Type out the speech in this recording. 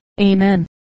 Amen